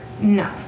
No